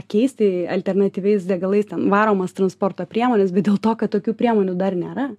keisti alternatyviais degalais ten varomas transporto priemones bet dėl to kad tokių priemonių dar nėra